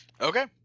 okay